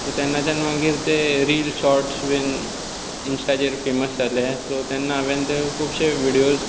so तेन्नाच्यान मागीर ते रील शोर्ट्स बीन इन्स्टाचेर फॅमस जाले सो तेन्ना हांवेंन तो खुबशे विडियोज